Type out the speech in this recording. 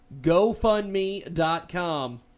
gofundme.com